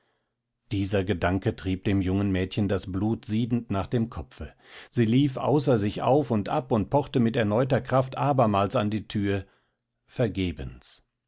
dieser gedanke trieb dem jungen mädchen das blut siedend nach dem kopfe sie lief außer sich auf und ab und pochte mit erneuerter kraft abermals an die thür vergebens